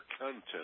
content